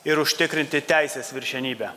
ir užtikrinti teisės viršenybę